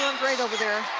great over there.